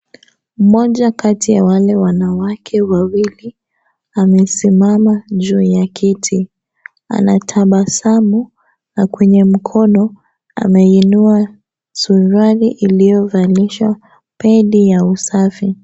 Mmoja kati ya wale wanawake wawili amesimama juu ya kiti. Anatabasamu na kwenye mkono ameinua suruali iliyovalishwa pedi ya usafi.